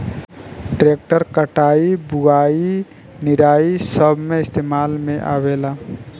tractor कटाई, बुवाई, निराई सब मे इस्तेमाल में आवेला